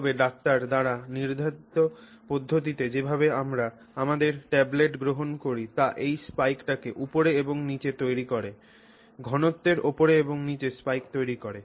তবে ডাক্তার দ্বারা নির্ধারিত পদ্ধতিতে যেভাবে আমরা আমাদের ট্যাবলেট গ্রহণ করি তা এই স্পাইকটিকে উপরে এবং নীচে তৈরি করে ঘনত্বের উপরে এবং নীচে স্পাইক তৈরি করে